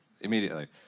immediately